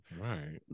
Right